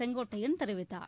செங்கோட்டையன் தெரிவித்தார்